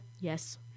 Yes